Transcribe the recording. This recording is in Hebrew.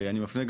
אני מפנה,